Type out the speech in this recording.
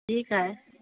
ठीकु आहे